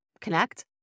connect